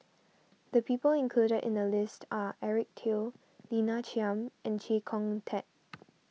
the people included in the list are Eric Teo Lina Chiam and Chee Kong Tet